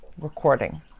recording